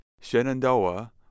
Shenandoah